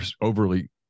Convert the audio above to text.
overly